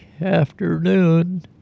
afternoon